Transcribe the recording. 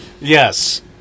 Yes